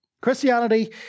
Christianity